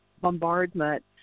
bombardment